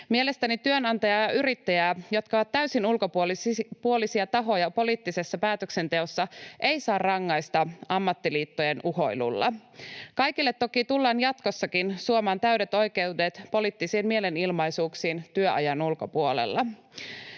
Mielestäni työnantajaa ja yrittäjää, jotka ovat täysin ulkopuolisia tahoja poliittisessa päätöksenteossa, ei saa rangaista ammattiliittojen uhoilulla. Kaikille toki tullaan jatkossakin suomaan täydet oikeudet poliittisiin mielenilmauksiin työajan ulkopuolella.